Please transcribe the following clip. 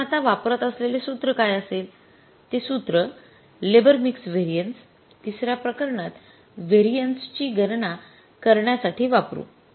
आपण आता वापरत असलेले सूत्र काय असेल ते सूत्र लेबर मिक्स व्हेरिएन्सेस तिसर्या प्रकरणात व्हेरिएन्सेस ची गणना करण्यासाठी वापरू